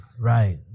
right